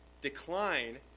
decline